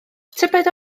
tybed